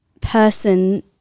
person